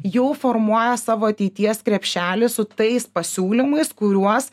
jau formuoja savo ateities krepšelį su tais pasiūlymais kuriuos